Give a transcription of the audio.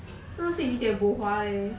是不是有点 bo hua leh